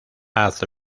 haz